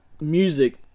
music